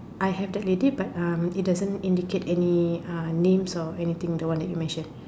I have the lady but um it doesn't indicate any uh names or anything the one that you mentioned